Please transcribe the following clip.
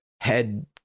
head